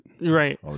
Right